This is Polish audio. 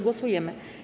Głosujemy.